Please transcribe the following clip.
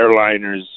airliners